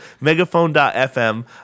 Megaphone.fm